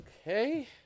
Okay